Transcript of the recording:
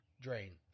Drain